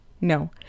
no